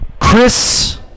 Chris